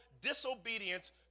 disobedience